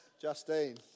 justine